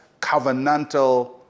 covenantal